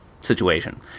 situation